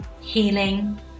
healing